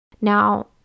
Now